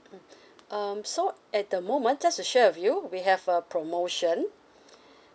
mm um so at the moment just to share with you we have a promotion